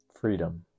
freedom